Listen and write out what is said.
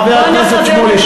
חבר הכנסת שמולי.